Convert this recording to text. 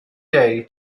day